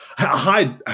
Hi